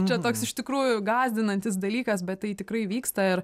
čia toks iš tikrųjų gąsdinantis dalykas bet tai tikrai vyksta ir